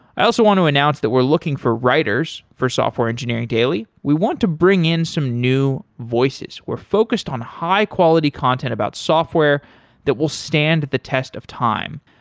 i also want to announce that we're looking for writers for software engineering daily. we want to bring in some new voices. we're focused on high quality content about software that will stand the test of time.